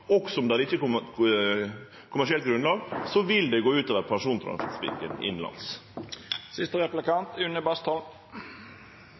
også når det ikkje er eit kommersielt grunnlag for det, vil det gå ut over